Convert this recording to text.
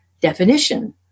definition